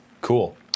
cool